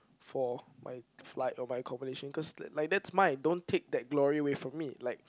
for my flight or my accommodation cause like that's mine don't take that glory away from me like